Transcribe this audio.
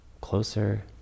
closer